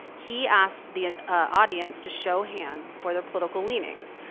he asked the audience to show hands for their political leanings.